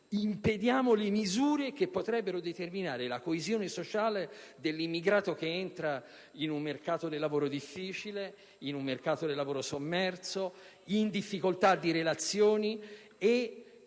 impediamo le misure che potrebbero determinare la coesione sociale dell'immigrato, che entra in un mercato del lavoro difficile, in un mercato del lavoro sommerso, con difficoltà di relazioni. *(Commenti del